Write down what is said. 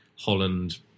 Holland